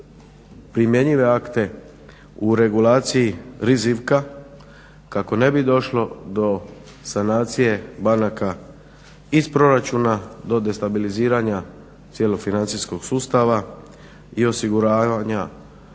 primjenjive akte u regulaciji rizika kako ne bi došlo do sanacije banaka iz proračuna do destabiliziranja cijelog financijskog sustava i osiguravanja